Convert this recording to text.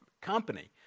company